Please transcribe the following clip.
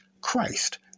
Christ